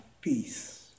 peace